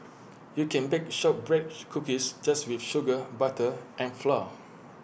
you can bake shortbread cookies just with sugar butter and flour